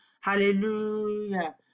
hallelujah